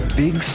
big